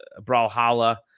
Brawlhalla